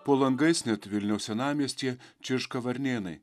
po langais net vilniaus senamiestyje čirška varnėnai